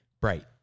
bright